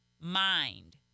mind